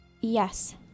Yes